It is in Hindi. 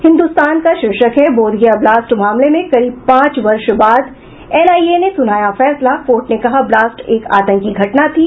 हिन्दुस्तान का शिर्षक है बोधगया ब्लास्ट मामले में करीब पांच वर्ष बाद एनआईए ने सुनाया फैसला कोर्ट ने कहा ब्लास्ट एक आंतकी घटना थी